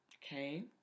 Okay